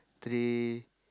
three